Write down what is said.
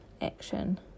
action